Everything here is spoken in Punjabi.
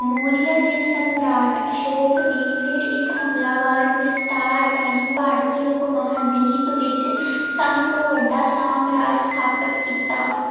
ਮੌਰੀਆ ਦੇ ਸਮਰਾਟ ਅਸ਼ੋਕ ਨੇ ਫੇਰ ਇੱਕ ਹਮਲਾਵਰ ਵਿਸਤਾਰ ਰਾਹੀਂ ਭਾਰਤੀ ਉਪ ਮਹਾਂਦੀਪ ਵਿੱਚ ਸਭ ਤੋਂ ਵੱਡਾ ਸਾਮਰਾਜ ਸਥਾਪਤ ਕੀਤਾ